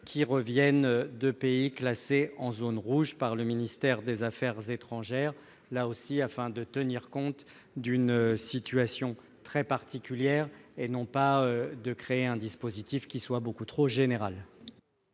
revenant de pays classés en zone rouge par le ministère des affaires étrangères, là encore afin de tenir compte de situations très particulières plutôt que de créer un dispositif beaucoup trop général.